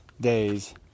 days